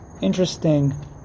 interesting